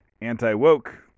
anti-woke